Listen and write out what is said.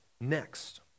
next